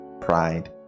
pride